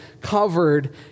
covered